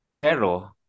Pero